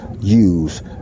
use